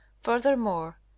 furthermore